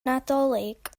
nadolig